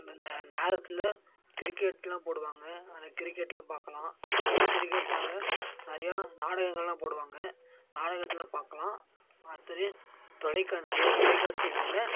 அந்தந்த நேரத்தில் கிரிக்கெட்லாம் போடுவாங்க அந்த கிரிக்கெட்லாம் பார்க்கலாம் அந்த கிரிக்கெட் தவிர நிறைய நாடகங்கள்லாம் போடுவாங்க நாடகத்தெல்லாம் பார்க்கலாம் அடுத்தது தொலைக்கா நிறைய தொலைக்காட்சிகள்ல